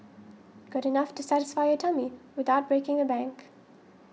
good enough to satisfy your tummy without breaking the bank